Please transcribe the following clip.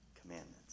commandments